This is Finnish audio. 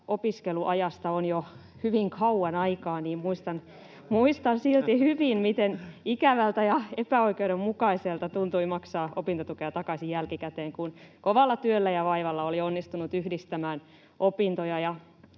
opiskeluajastani on jo hyvin kauan aikaa, [Ben Zyskowicz: Eikä ole!] niin muistan silti hyvin, miten ikävältä ja epäoikeudenmukaiselta tuntui maksaa opintotukea takaisin jälkikäteen, kun kovalla työllä ja vaivalla oli onnistunut yhdistämään opintoja